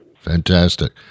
Fantastic